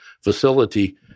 facility